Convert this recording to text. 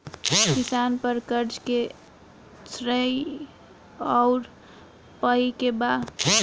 किसान पर क़र्ज़े के श्रेइ आउर पेई के बा?